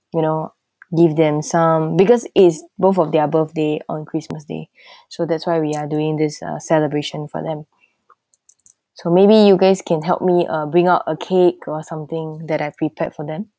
you know give them some because is both of their birthday on christmas day so that's why we are doing this uh celebration for them so maybe you guys can help me uh bring up a cake or something that I've prepared for them